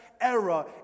era